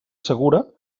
segura